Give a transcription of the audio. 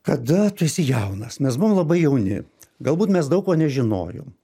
kada tu esi jaunas mes buvom labai jauni galbūt mes daug ko nežinojom